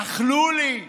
אכלו לי,